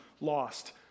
lost